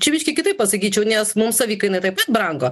čia biškį kitaip pasakyčiau nes mum savikainai taip taip brango